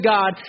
God